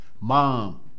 mom